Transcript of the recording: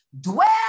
Dwell